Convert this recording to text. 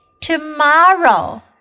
Tomorrow